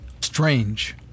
Strange